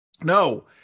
no